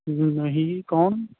ਜੀ ਨਹੀਂ ਜੀ ਕੌਣ